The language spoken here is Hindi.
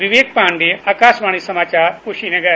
विवेक पाडेयआकाशवाणी समाचार कुशीनगर